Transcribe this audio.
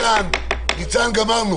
הסתייגות מס' 27. מי בעד ההסתייגות?